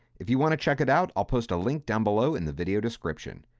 if you want to check it out, i'll post a link down below in the video description.